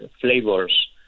flavors